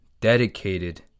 dedicated